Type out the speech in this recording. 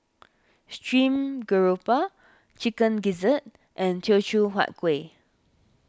Stream Grouper Chicken Gizzard and Teochew Huat Kueh